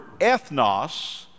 ethnos